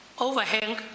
overhang